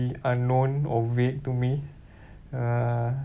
unknown or vague to me uh